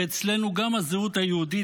ואצלנו גם הזהות היהודית,